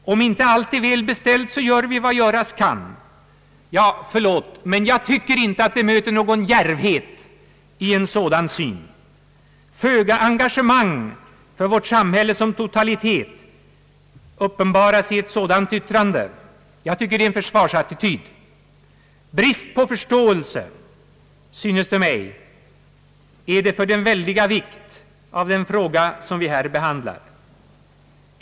Om inte allt är väl beställt, så gör vi vad göras kan. Förlåt, men jag tycker inte att det ligger någon djärvhet i en sådan syn. Föga engagemang för vårt samhälle som totalitet uppenbaras i ett sådant yttrande. Jag tycker att det är en försvarsattityd. Det är, synes det mig, brist på förståelse för den väldiga vikten av den fråga som vi här behandlar.